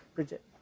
Bridget